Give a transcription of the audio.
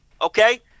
Okay